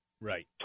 Right